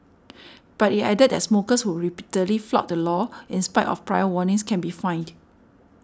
but it added that smokers who repeatedly flout the law in spite of prior warnings can be fined